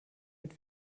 mit